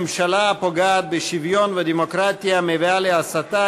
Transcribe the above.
ממשלה הפוגעת בשוויון ובדמוקרטיה ומביאה להסתה,